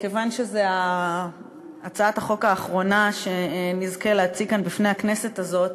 כיוון שזו הצעת החוק האחרונה שנזכה להציג כאן בפני הכנסת הזאת,